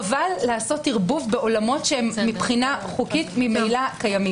חבל לעשות ערבוב בעולמות שמבחינה חוקית ממילא קיימים.